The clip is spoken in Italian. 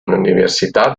l’università